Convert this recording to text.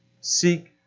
seek